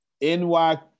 NY